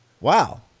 Wow